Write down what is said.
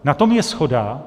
Na tom je shoda.